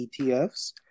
ETFs